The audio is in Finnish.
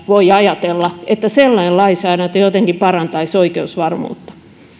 voi ajatella että sellainen lainsäädäntö jotenkin parantaisi oikeusvarmuutta